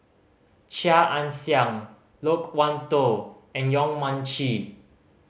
Chia Ann Siang Loke Wan Tho and Yong Mun Chee